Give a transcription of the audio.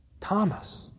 Thomas